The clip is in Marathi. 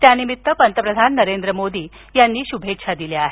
त्यानिमित्त पंतप्रधान नरेंद्र मोदी यांनी शुभेच्छा दिल्या आहेत